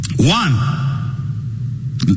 one